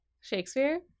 Shakespeare